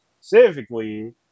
specifically